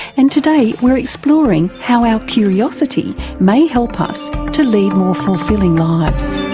and today we're exploring how our curiosity may help us to lead more fulfilling lives.